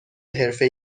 حرفه